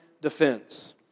defense